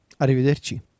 Arrivederci